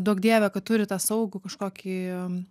duok dieve kad turi tą saugų kažkokį